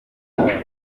paul